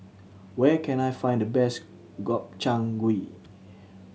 where can I find the best Gobchang Gui